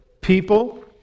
people